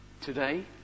Today